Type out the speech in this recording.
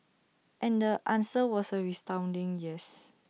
and the answer was A resounding yes